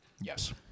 Yes